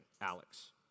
Alex